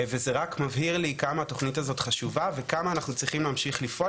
וזה רק מבהיר לי כמה התוכנית הזו חשובה וכמה אנחנו צריכים להמשיך לפעול,